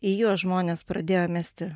į juos žmonės pradėjo mesti